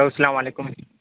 السلام علیکم